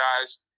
guys